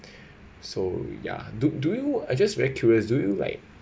so ya do do you I just very curious do you like